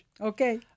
Okay